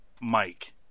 Mike